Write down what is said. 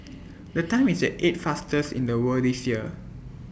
the time is the eighth faster in the world this year